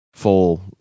Full